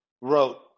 wrote